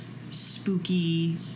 spooky